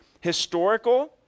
historical